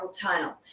tunnel